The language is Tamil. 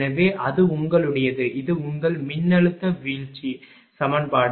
எனவே அது உங்களுடையது இது உங்கள் மின்னழுத்த வீழ்ச்சி சமன்பாடு